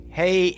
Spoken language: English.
hey